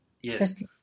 Yes